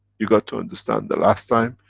you got to understand the last time,